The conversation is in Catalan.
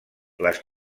les